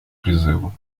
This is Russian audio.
призыву